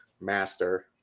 master